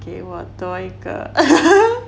给我多一个